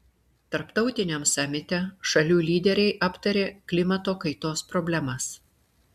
tarptautiniam samite šalių lyderiai aptarė klimato kaitos problemas